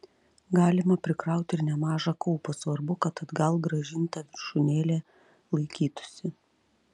galima prikrauti ir nemažą kaupą svarbu kad atgal grąžinta viršūnėlė laikytųsi